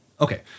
okay